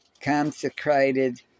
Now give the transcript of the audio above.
Consecrated